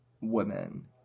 women